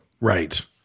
Right